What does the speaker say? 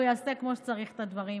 הוא יעשה כמו שצריך את הדברים.